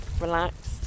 relaxed